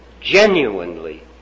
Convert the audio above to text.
genuinely